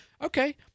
okay